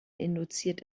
induziert